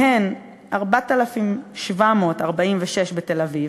מהן 4,746 בתל-אביב,